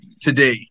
today